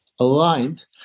aligned